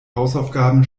hausaufgaben